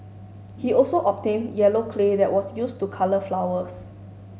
he also obtained yellow clay that was used to colour flowers